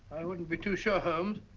i wouldn't be too sure, holmes.